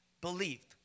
believed